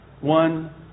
one